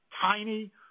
tiny